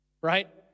right